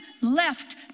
left